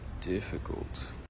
difficult